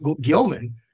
Gilman